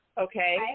okay